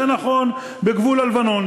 זה נכון בגבול הלבנון,